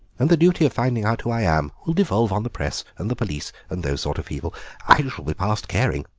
and the duty of finding out who i am will devolve on the press and the police and those sort of people i shall be past caring.